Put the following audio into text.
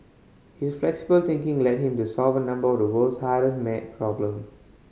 his flexible thinking led him to solve a number of the world's hardest maths problems